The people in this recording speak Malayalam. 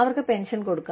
അവർക്ക് പെൻഷൻ കൊടുക്കാം